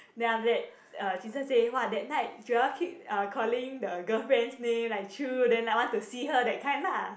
then after that uh jun sheng say !wah! that night Joel keep uh calling the girlfriend's name like Chu then like want to see her that kind lah